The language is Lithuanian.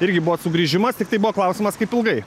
irgi buvo sugrįžimas tiktai buvo klausimas kaip ilgai